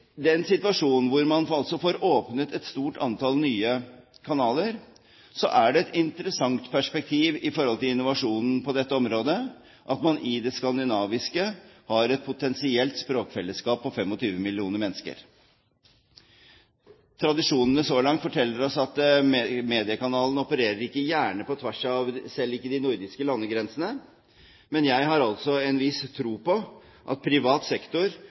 forhold til innovasjonen på dette området at 25 millioner mennesker i Skandinavia har et potensielt språkfellesskap. Tradisjonene så langt forteller oss at mediekanalene ikke gjerne opererer på tvers av – selv ikke de nordiske – landegrensene. Men jeg har altså en viss tro på at privat sektor